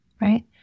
right